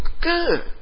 good